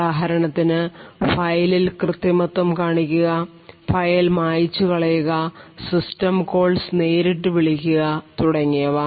ഉദാഹരണത്തിന് ഫയലിൽ കൃത്രിമത്വം കാണിക്കുക ഫയൽ മായിച്ചു കളയുക സിസ്റ്റം കോൾസ് നേരിട്ട് വിളിക്കുക തുടങ്ങിയവ